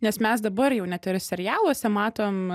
nes mes dabar jau net ir serialuose matom